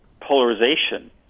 polarization